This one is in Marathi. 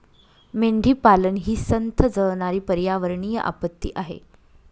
मेंढीपालन ही संथ जळणारी पर्यावरणीय आपत्ती आहे